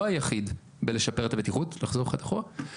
הוא לא היחיד בשיפור הבטיחות כמובן,